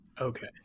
Okay